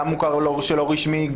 גם המוכר שאינו רשמי,